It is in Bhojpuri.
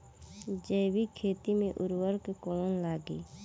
जैविक खेती मे उर्वरक कौन लागी?